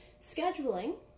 scheduling